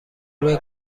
روی